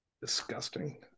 disgusting